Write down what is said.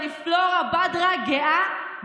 אני פלורה בדרה גאה,